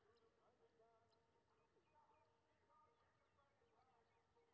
Loan चुकाबे खातिर दो महीना के केतना ब्याज दिये परतें?